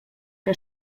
que